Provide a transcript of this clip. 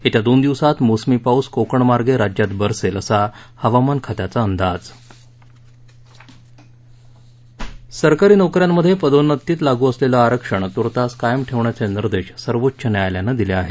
येत्या दोन दिवसात मोसमी पाऊस कोकणमार्गे राज्यात बरसेल असा हवामान खात्याचा अंदाज सरकारी नोक यांमध्ये पदोन्नतीत लागू असलेलं आरक्षण तूर्तास कायम ठेवण्याचे निर्देश सर्वोच्च न्यायालयानं दिले आहेत